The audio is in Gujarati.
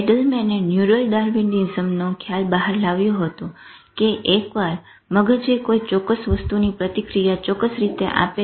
એડેલમેને ન્યુરલ ડાર્વીનીઝમનો ખ્યાલ બહાર લાવ્યો હતો કે એકવાર મગજે કોઈ ચોક્કસ વસ્તુને પ્રતિક્રિયા ચોક્કસ રીતે આપે છે